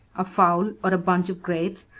a fowl, or a bunch of grapes,